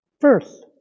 First